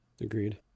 Agreed